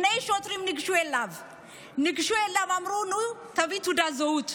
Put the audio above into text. שני שוטרים ניגשו אליו ואמרו: תביא תעודת זהות.